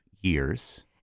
years